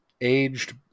aged